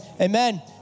Amen